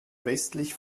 westlich